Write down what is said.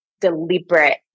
deliberate